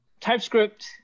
TypeScript